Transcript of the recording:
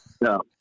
No